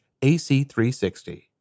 ac360